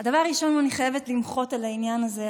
דבר ראשון אני חייבת למחות על העניין הזה,